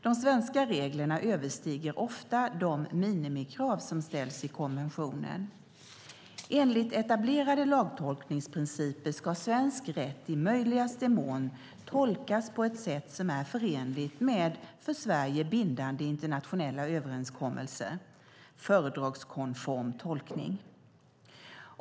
De svenska reglerna överstiger ofta de minimikrav som ställs i konventionen. Enligt etablerade lagtolkningsprinciper ska svensk rätt i möjligaste mån tolkas på ett sätt som är förenligt med för Sverige bindande internationella överenskommelser - fördragskonform tolkning.